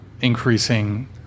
increasing